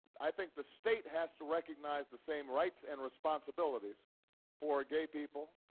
i think the state has to recognize the same rights and responsibilities for gay people,